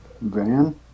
Van